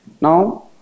now